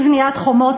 בבניית חומות,